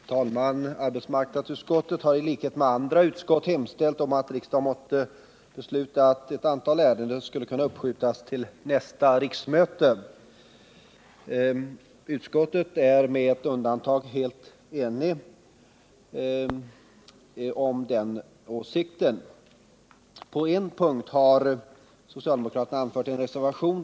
Herr talman! Arbetsmarknadsutskottet har i likhet med andra utskott hemställt att riksdagen måtte besluta att ett antal ärenden skall uppskjutas till nästa riksmöte. Utskottet är helt enigt på alla punkter, med ett undantag. På en punkt har socialdemokraterna anfört en reservation.